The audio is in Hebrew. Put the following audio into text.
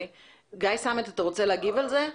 גיא סמט, אתה רוצה להגיב על זה?